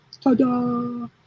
Ta-da